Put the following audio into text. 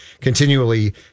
continually